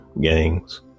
gangs